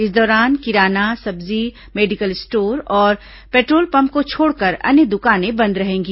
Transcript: इस दौरान किराना सब्जी मेडिकल स्टोर और पेट्रोल पंप को छोड़कर अन्य दुकानें बंद रहेंगी